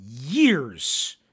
years